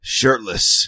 shirtless